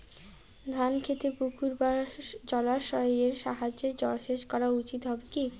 ধান খেতে পুকুর বা জলাশয়ের সাহায্যে জলসেচ করা উচিৎ হবে কি?